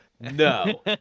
No